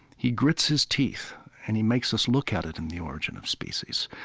he grits his teeth and he makes us look at it in the origin of species.